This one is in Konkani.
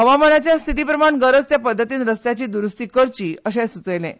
हवामानाच्या स्थितीप्रमाण गरज त्या पद्दतीन रस्त्यांची द्रुस्ती करची अशेंय सुचयलें